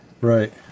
Right